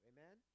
Amen